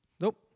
nope